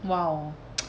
!wow!